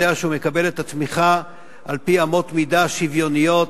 יודע שהוא מקבל את התמיכה על-פי אמות מידה שוויוניות,